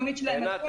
עינת,